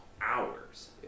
hours